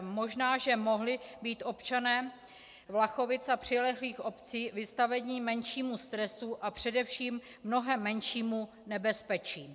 Možná že mohli být občané Vlachovic a přilehlých obcí vystaveni menšímu stresu a především mnohem menšímu nebezpečí.